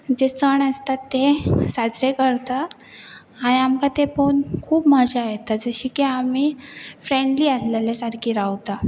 जे सण आसता ते साजरे करतात आनी आमकां तें पळोवन खूब मजा येता जशी की आमी फ्रेंडली आसलेले सारकी रावता